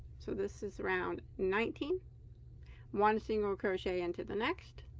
so this is round nineteen one single crochet into the next